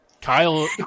Kyle